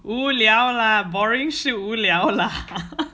无聊了 boring 是无聊了